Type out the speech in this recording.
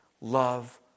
love